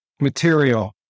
material